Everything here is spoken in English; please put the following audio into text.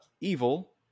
evil